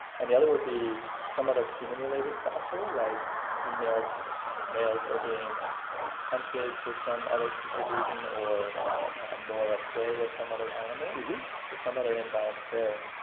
and the other would be some other human related factor like females, or excuse me, males are being hunted for some other specific reason or more of a prey of some other animal. so some other imbalance there.